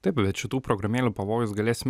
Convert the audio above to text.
taip bet šitų programėlių pavojus galėsime